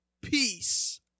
Peace